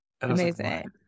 Amazing